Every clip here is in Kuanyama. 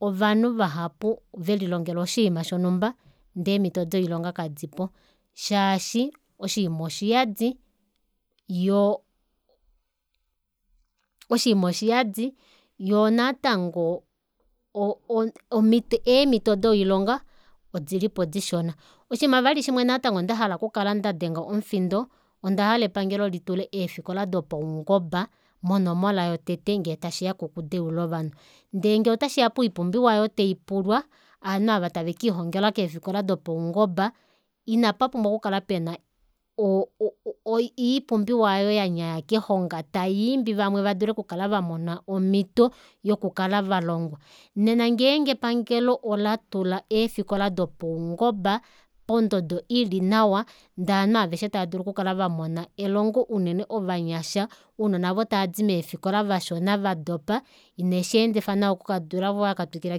Ovanhu vahapu velilongela oshiima shonumba ndee eemito doilonga kadipo shaashi oshiima oshiyadi yoo oshiima oshiyadi yoo natango o- o- omito eemito doilonga odilipo dishona oshima vali shimwe ndahala kukala ndadenga omufindo ondahala epangelo litule eefikola dopaungoba monomola yotete ngee tashiya kokudeula ovanhu ndee ngee otashiya poipumbiwa aayo taipulwa aanhu aava tave kelilongela keefikola dopaungoba ina papumbwa okukala pena oo- oi iipumbiwa aayo yanyaya kehonga tayiimbi vamwe vadule okukala vamona omito yokukala valongwa nena ngeenge epangelo olatula eefikola dopaungoba pododo ili nawa ndee ovanhu aveshe tava dulu oku kal avamona elongo unene ovanyasha uunona aavo tavadi meefikola vashona vadopa inesheendifa nawa ku kadula vakatwikila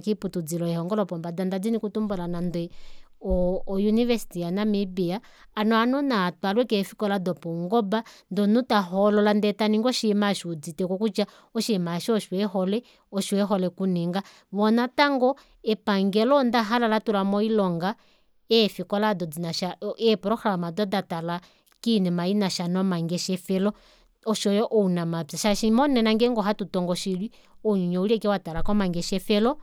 kiiputudilo yelongo lopombada ndadini okutumbula nande oo univesity ya namibia ano ovanhu nava twalwe keefikola dopaungoba ndee omunhu tahoolola ndee taningi oshiima osho euditeko kutya oshinima osho osho ehole osho ehole okuninga voo natango epangelo ondahala latula moilonga eefikola aado dinasha eeplograma aado datala koinima inasha nomangeshefelo oshoyo ounamapya shaashi monena ngeenge ohatu tono oshili ounyuni ouli ashike watala komangeshefelo